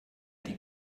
die